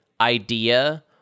idea